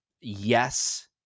yes